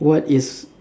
what is